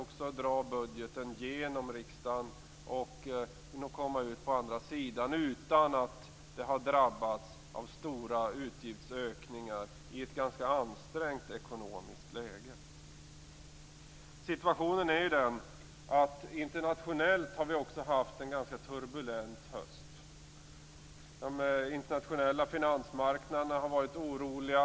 Vi drar budgeten genom riksdagen, och den kommer ut på andra sidan utan att ha drabbats av stora utgiftsökningar i ett ganska ansträngt ekonomiskt läge. Situationen är den, att vi också internationellt har haft en ganska turbulent höst. De internationella finansmarknaderna har varit oroliga.